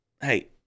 hey